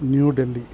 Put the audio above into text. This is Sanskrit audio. न्यू डेल्लि